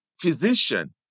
Physician